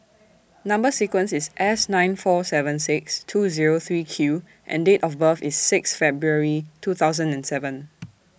Number sequence IS S nine four seven six two Zero three Q and Date of birth IS six February two thousand and seven